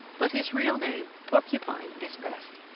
but his real name, porcupine, is best.